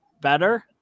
better